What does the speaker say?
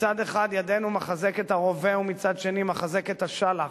מצד אחד ידנו מחזקת את הרובה ומצד שני מחזקת את השלח.